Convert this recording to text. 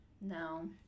no